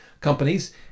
companies